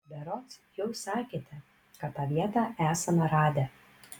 berods jau sakėte kad tą vietą esame radę